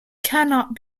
cannot